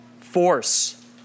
force